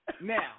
Now